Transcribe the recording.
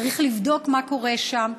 צריך לבדוק מה קורה שם.